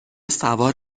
سوار